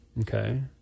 Okay